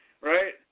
right